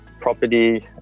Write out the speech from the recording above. property